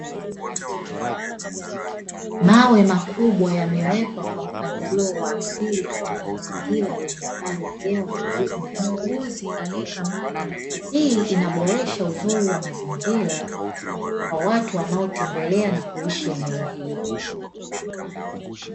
Mawe makubwa yamewekwa kwa mpangilio wa asili katika mazingira yenye hali ya hewa tulivu na safi. Hii inaboresha uzuri wa mazingira kwa watu wanaotembelea na kuishi eneo hilo.